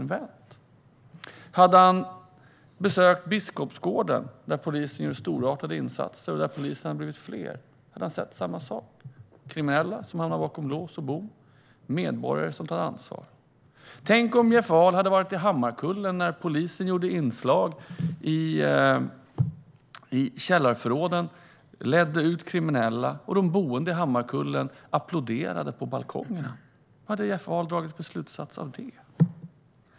Om Jeff Ahl hade besökt Biskopsgården, där polisen gör storartade insatser och där poliserna har blivit fler, hade han sett samma sak. Han hade sett kriminella som hamnar bakom lås och bom. Han hade sett medborgare som tar ansvar. Tänk om Jeff Ahl hade varit i Hammarkullen när polisen gjorde tillslag i källarförråden och ledde ut kriminella och de boende i Hammarkullen applåderade på balkongerna. Vilken slutsats hade Jeff Ahl dragit av det?